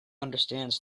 understands